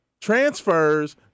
transfers